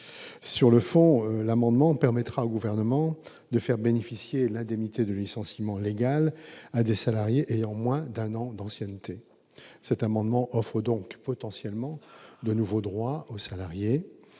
Sur le fond, l'amendement vise à permettre au Gouvernement de faire bénéficier de l'indemnité légale de licenciement des salariés ayant moins d'un an d'ancienneté. Il offre donc potentiellement de nouveaux droits aux salariés.